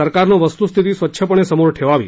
सरकारनं वस्तुस्थिती स्वच्छपणे समोर ठेवावी